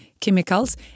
chemicals